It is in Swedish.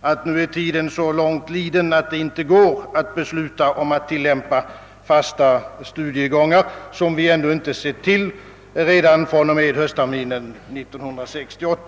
att tiden nu är så långt liden, att det inte går att besluta om att tillämpa fasta studiegångar — som vi ännu inte sett till — från och med höstterminen 1968.